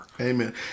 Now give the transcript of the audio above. Amen